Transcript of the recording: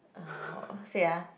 uh how say ah